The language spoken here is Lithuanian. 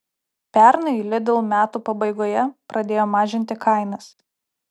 pernai lidl metų pabaigoje pradėjo mažinti kainas